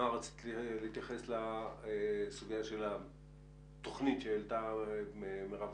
נעה רצית להתייחס לסוגיה של התכנית שהעלתה מרב דוד.